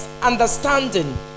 understanding